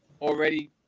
already